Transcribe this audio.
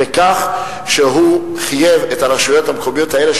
בכך שהוא חייב את הרשויות המקומיות האלה,